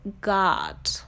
God